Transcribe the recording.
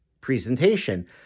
presentation